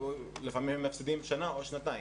לפעמים הם מפסידים שנה או שנתיים.